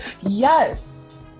Yes